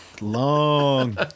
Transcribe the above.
Long